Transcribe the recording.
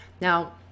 Now